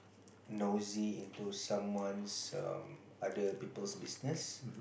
nosy into someone's um other people's business